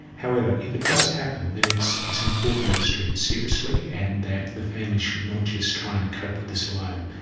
however, if it does happen, but then it's important that it's treated seriously and that the family should not just try and cope with this alone.